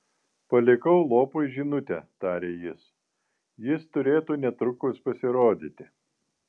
palikau lopui žinutę tarė jis jis turėtų netrukus pasirodyti